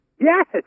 Yes